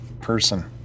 person